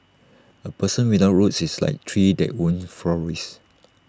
A person without roots is like tree that won't flourish